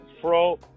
Throw